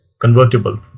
convertible